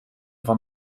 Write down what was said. van